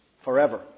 forever